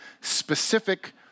specific